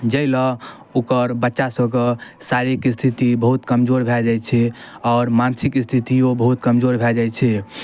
जाहिलए ओकर बच्चासभके शारीरिक स्थिति बहुत कमजोर भऽ जाइ छै आओर मानसिक स्थितिओ बहुत कमजोर भऽ जाइ छै